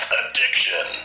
addiction